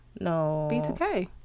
No